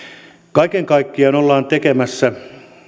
kaiken kaikkiaan ollaan tekemässä